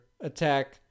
attack